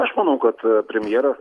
aš manau kad premjeras